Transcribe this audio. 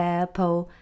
Apple